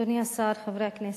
אדוני השר, חברי הכנסת,